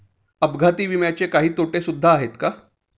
अपघाती विम्याचे काही तोटे सुद्धा आहेत का?